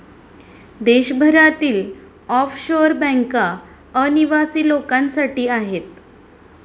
देशभरातील ऑफशोअर बँका अनिवासी लोकांसाठी आहेत